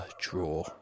draw